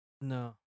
No